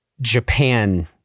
Japan